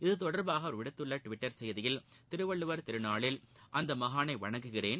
இத்தொடர்பாக அவர் விடுத்துள்ள டுவிட்டர் செய்தியில் திருவள்ளுவர் திருநாளில் அந்த மாகானை வணங்குகிறேன்